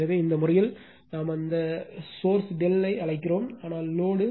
எனவே இந்த முறையில் நாம் அந்த சோர்ஸ் ∆ அழைக்கிறோம் ஆனால் லோடு